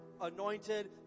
anointed